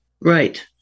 Right